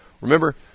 remember